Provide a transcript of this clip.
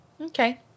okay